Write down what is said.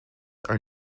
are